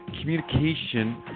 communication